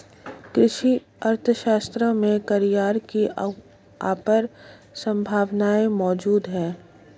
कृषि अर्थशास्त्र में करियर की अपार संभावनाएं मौजूद है